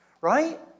Right